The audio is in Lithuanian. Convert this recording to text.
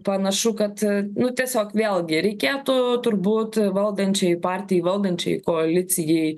panašu kad nu tiesiog vėlgi reikėtų turbūt valdančiajai partijai valdančiai koalicijai